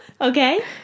okay